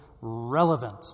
relevant